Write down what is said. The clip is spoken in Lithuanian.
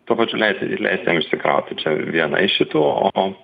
tuo pačiu leist ir leist jam išsikrauti čia viena iš šitų o